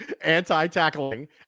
anti-tackling